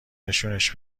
نشونش